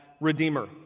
Redeemer